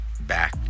back